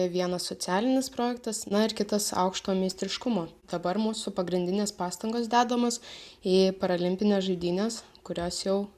vienas socialinis projektas na ir kitas aukšto meistriškumo dabar mūsų pagrindinės pastangos dedamos į paralimpines žaidynes kurios jau